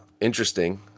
interesting